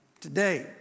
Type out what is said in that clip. today